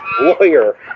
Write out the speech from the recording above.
lawyer